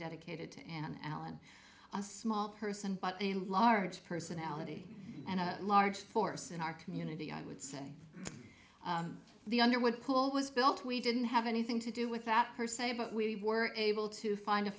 dedicated to an alan a small person but a large personality and a large force in our community i would say the underwood pool was built we didn't have anything to do with that per se but we were able to find a